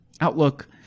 Outlook